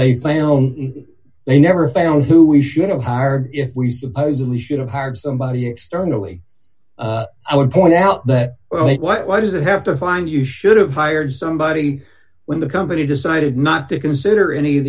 they found they never found who we should have hired if we supposedly should have hired somebody externally i would point out that why does it have to find you should have hired somebody when the company decided not to consider any of